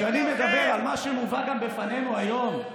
כשאני מדבר על מה שמובא גם בפנינו היום,